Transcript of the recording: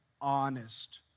honest